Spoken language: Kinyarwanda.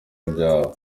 byabo